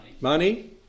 Money